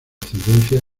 ascendencia